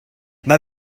nai